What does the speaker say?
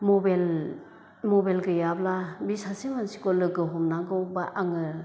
मबेल मबेल गैयाब्ला बि सासे मानसिखौ लोगो हमनांगौबा आङो